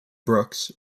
brooks